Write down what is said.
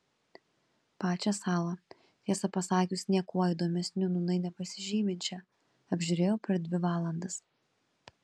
pačią salą tiesą pasakius niekuo įdomesniu nūnai nepasižyminčią apžiūrėjau per dvi valandas